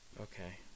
Okay